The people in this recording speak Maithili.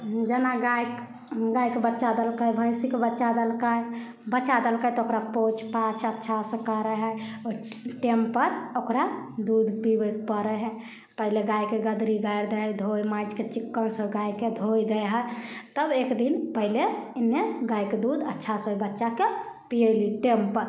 जेना गाइ गाइके बच्चा देलकै भैँसीके बच्चा देलकै बच्चा देलकै तऽ ओकरा पोछ पाछ अच्छा से करै हइ ओहि टाइमपर ओकरा दूध पिआबे पड़ै हइ पहिले गाइके गदरी गाड़ि दै हइ धोइ माँजिके चिक्कन से गाइके धोइ दै हइ तब एक दिन पहिले एन्ने गाइके दूध अच्छा से बच्चाके पिएली टाइमपर